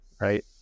right